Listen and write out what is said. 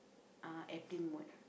ah airplane mode